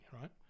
right